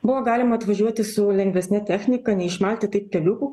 buvo galima atvažiuoti su lengvesne technika neišmalti taip keliukų